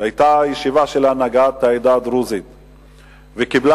היתה ישיבה של הנהגת העדה הדרוזית והיא קיבלה